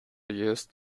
used